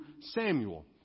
Samuel